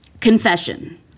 confession